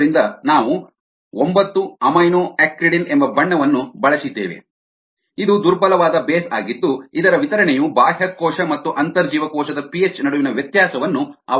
ಆದ್ದರಿಂದ ನಾವು 9 ಅಮೈನೊಆಕ್ರಿಡಿನ್ ಎಂಬ ಬಣ್ಣವನ್ನು ಬಳಸಿದ್ದೇವೆ ಇದು ದುರ್ಬಲವಾದ ಬೇಸ್ ಆಗಿದ್ದು ಇದರ ವಿತರಣೆಯು ಬಾಹ್ಯಕೋಶ ಮತ್ತು ಅಂತರ್ಜೀವಕೋಶದ ಪಿಹೆಚ್ ನಡುವಿನ ವ್ಯತ್ಯಾಸವನ್ನು ಅವಲಂಬಿಸಿರುತ್ತದೆ